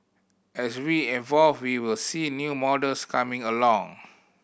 as we involve we will see new models coming along